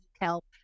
help